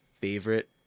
favorite